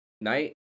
night